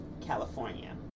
California